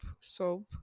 soap